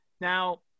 Now